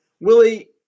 willie